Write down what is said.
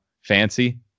fancy